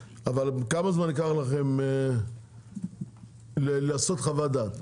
כמה זמן ייקח לכם לעשות חוות דעת?